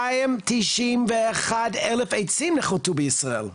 291 אלף עצים נכרתו בישראל.